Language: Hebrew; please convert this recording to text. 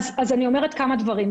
אני אומרת כמה דברים.